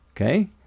Okay